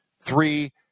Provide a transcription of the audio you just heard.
three